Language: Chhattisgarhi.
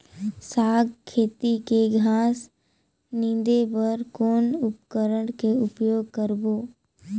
साग खेती के घास निंदे बर कौन उपकरण के उपयोग करबो?